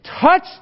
touch